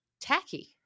tacky